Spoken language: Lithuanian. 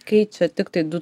kai čia tiktai du